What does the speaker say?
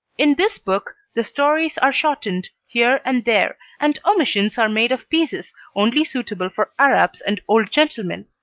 in this book the stories are shortened here and there, and omissions are made of pieces only suitable for arabs and old gentlemen.